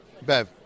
Bev